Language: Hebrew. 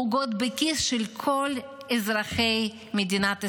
פוגעות בכיס של כל אזרחי מדינת ישראל.